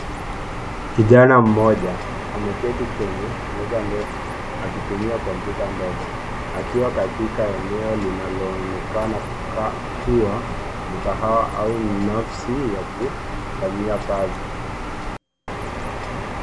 Kijana mmoja ameketi kwenye meza ndefu akitumia kompyuta ndogo akiwa katika eneo linaloonekana kuwa mkahawa au nafsi ya kufanyia kazi.